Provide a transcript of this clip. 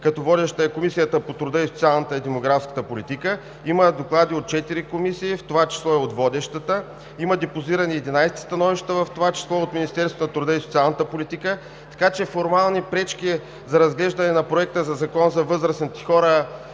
като водеща е Комисията по труда, социалната и демографската политика. Има доклади от четири комисии, в това число и от водещата. Има депозирани 11 становища, в това число и от Министерството на труда и социалната политика, така че формални пречки за разглеждане на Законопроекта за възрастните хора